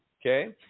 okay